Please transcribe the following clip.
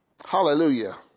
Hallelujah